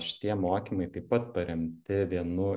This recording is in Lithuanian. šitie mokymai taip pat paremti vienu